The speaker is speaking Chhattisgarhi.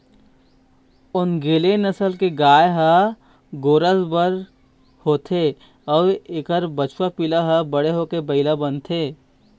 ओन्गेले नसल के गाय ह गोरस बर होथे अउ एखर बछवा पिला ह बड़े होके बइला बनथे